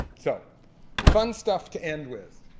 so fun stuff to end with.